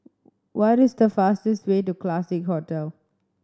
what is the fastest way to Classique Hotel